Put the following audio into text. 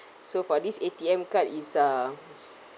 so for this A_T_M card is uh